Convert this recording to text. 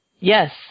Yes